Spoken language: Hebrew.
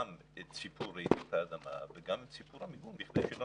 את סיפור רעידת אדמה וגם את סיפור המיגון כדי שלא